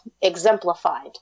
exemplified